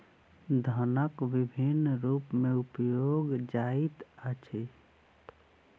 धनक विभिन्न रूप में उपयोग जाइत अछि